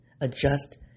adjust